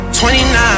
29